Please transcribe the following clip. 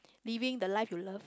living the life you love